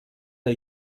der